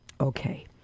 Okay